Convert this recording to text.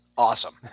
awesome